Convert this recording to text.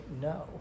no